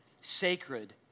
sacred